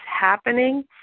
happening